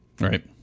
right